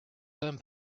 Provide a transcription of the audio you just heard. some